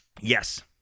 Yes